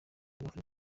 afurika